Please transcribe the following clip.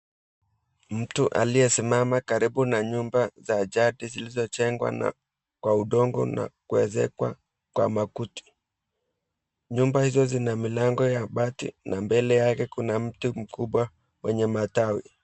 Mtu aliyesimama karibu na nyumba za jadi zilizojengwa na kwa udongo, na kuezekwa kwa makuti, nyumba hizo zina milango ya bati, na mbele yake kuna mti mkubwa wenye matawi.